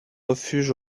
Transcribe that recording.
refuge